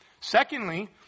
Secondly